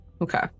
Okay